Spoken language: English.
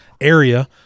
area